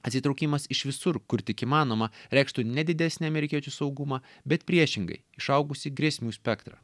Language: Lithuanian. atsitraukimas iš visur kur tik įmanoma reikštų ne didesnį amerikiečių saugumą bet priešingai išaugusį grėsmių spektrą